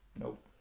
Nope